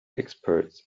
experts